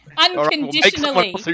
unconditionally